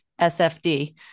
sfd